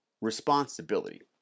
responsibility